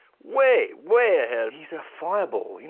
way, way ahead. he's a fire ball, you know,